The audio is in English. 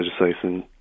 legislation